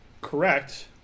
Correct